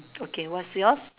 okay what's yours